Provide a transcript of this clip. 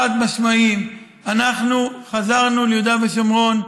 חד-משמעיים: אנחנו חזרנו ליהודה ושומרון,